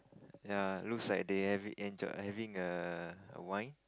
ya looks like they having enjoy having a a wine